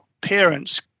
parents